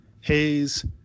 Hayes